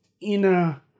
Inner